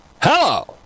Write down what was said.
Hello